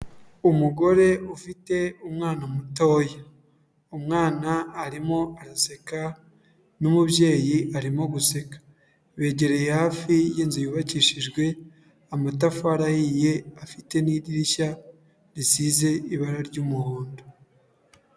Umugore ufite umwana mutoya, umwana arimo araseka n'umubyeyi arimo guseka, begereye hafi y'inzu yubakishijwe amatafari ahiye afite n'idirishya risize ibara ry'umuhondo.